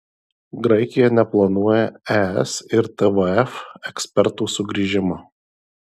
graikija neplanuoja es ir tvf ekspertų sugrįžimo